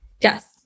Yes